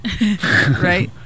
Right